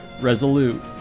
resolute